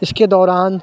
اِس کے دوران